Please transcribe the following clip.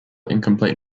incomplete